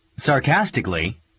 Sarcastically